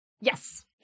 Yes